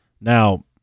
Now